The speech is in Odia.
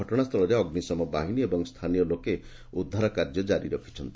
ଘଟଣାସ୍ଥଳରେ ଅଗ୍ନିଶମ ବାହିନୀ ଓ ସ୍କାନୀୟ ଲୋକେ ପହଞ୍ ଉଦ୍ଧାର କାର୍ଯ୍ୟ ଜାରି ରଖୁଛନ୍ତି